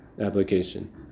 application